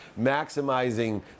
maximizing